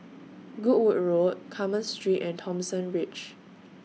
Goodwood Road Carmen Street and Thomson Ridge